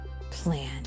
plan